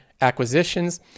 acquisitions